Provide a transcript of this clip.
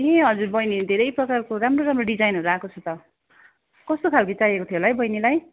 ए हजुर बैनी धेरै प्रकारको राम्रो राम्रो डिजाइनहरू आएको छ त कस्तो खालके चाहिएको थियो होला है बैनीलाई